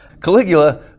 Caligula